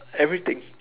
everything